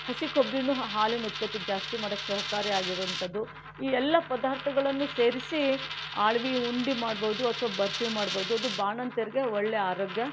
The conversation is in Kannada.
ಹಸಿ ಕೊಬ್ಬರಿನೂ ಹ ಹಾಲಿನ ಉತ್ಪತ್ತಿ ಜಾಸ್ತಿ ಮಾಡೋಕ್ಕೆ ಸಹಕಾರಿ ಆಗಿರೋವಂಥದ್ದು ಈ ಎಲ್ಲ ಪದಾರ್ಥಗಳನ್ನು ಸೇರಿಸಿ ಅಳವಿ ಉಂಡೆ ಮಾಡ್ಬೋದು ಅಥವಾ ಬರ್ಫಿ ಮಾಡ್ಬೋದು ಅದು ಬಾಣಂತಿಯರಿಗೆ ಒಳ್ಳೆ ಆರೋಗ್ಯ